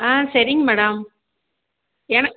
ஆ சரிங்க மேடம் என